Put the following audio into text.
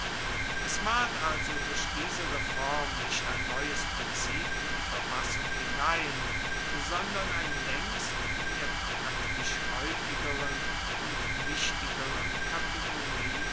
es ward also durch diese reform nicht ein neues prinzip in die verfassung hinein sondern ein laengst in der praktisch haeufigeren und wichtigeren kategorie